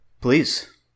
please